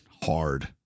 hard